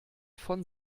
von